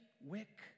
wick